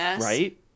right